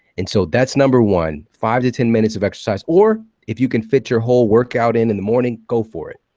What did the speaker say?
and so that's number one five to ten minutes of exercise. if you can fit your whole workout in in the morning, go for it,